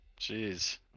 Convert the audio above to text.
Jeez